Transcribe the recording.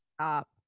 Stop